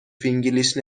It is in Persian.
فینگلیش